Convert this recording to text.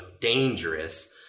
dangerous